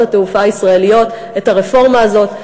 התעופה הישראליות את הרפורמה הזאת.